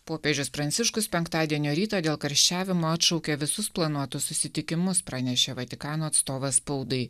popiežius pranciškus penktadienio rytą dėl karščiavimo atšaukė visus planuotus susitikimus pranešė vatikano atstovas spaudai